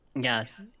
Yes